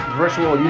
virtual